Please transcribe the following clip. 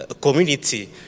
community